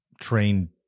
trained